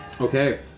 Okay